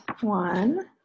one